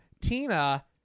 Tina